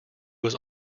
was